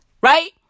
Right